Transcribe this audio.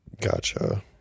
Gotcha